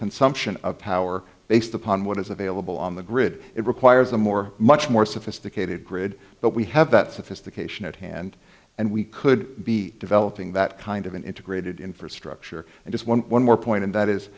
consumption of power based upon what is available on the grid it requires a more much more sophisticated grid but we have that sophistication at hand and we could be developing that kind of an integrated infrastructure and just one one more point and that is